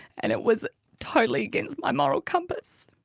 and it was totally against my moral compass.